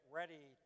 ready